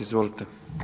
Izvolite.